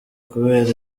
kubera